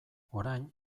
orain